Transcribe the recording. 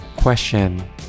Question